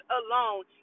alone